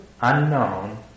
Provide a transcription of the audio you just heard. unknown